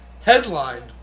headlined